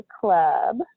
club